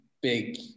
big